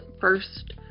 first